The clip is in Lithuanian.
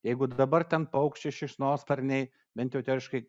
jeigu dabar ten paukščiai šikšnosparniai bent jau teoriškai